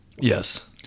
Yes